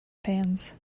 fans